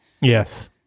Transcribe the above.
Yes